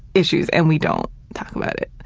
issues, and we don't talk about it.